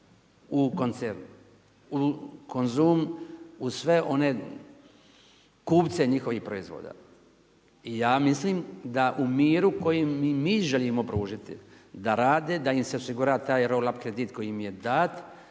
u Konzum, u sve one kupce njihovih proizvoda. I ja mislim da u miru koji im mi želimo pružiti, da rade, da im se osigura taj roll up kredit koji im je dan